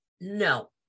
No